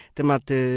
tematy